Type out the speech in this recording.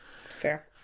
Fair